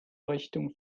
richtung